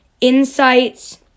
insights